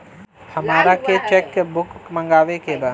हमारा के cheque book मगावे के बा?